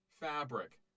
fabric